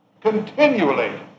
Continually